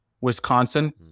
Wisconsin